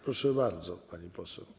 Proszę bardzo, pani poseł.